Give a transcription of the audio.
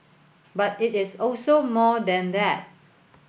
but it is also more than that